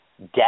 death